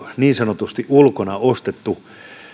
niin sanotusti ulkona ostetun